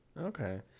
Okay